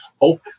open